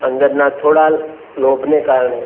અંદરના થોડા લોભને કારણે